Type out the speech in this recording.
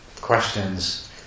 questions